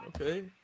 Okay